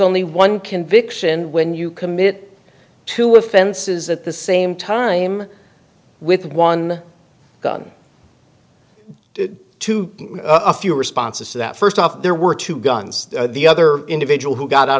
only one conviction when you commit to offenses at the same time with one gun to a few responses to that first off there were two guns the other individual who got out